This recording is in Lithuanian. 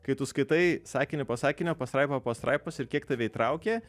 kai tu skaitai sakinį po sakinio pastraipą po pastraipos ir kiek tave įtraukė